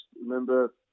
remember